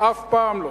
אף פעם לא.